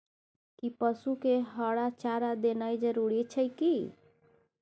कि पसु के हरा चारा देनाय जरूरी अछि की?